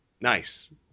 nice